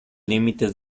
límites